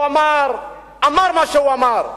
אמר מה שהוא אמר,